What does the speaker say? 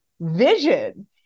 vision